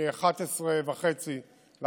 מ-11.5%